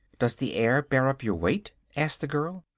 does the air bear up your weight? asked the girl.